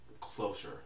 closer